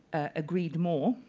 agreed more